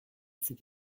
cette